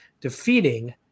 defeating